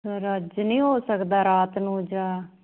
sir ਅੱਜ ਨਹੀਂ ਹੋ ਸਕਦਾ ਰਾਤ ਨੂੰ ਜਾਂ